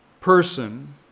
person